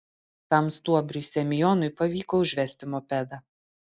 tam stuobriui semionui pavyko užvesti mopedą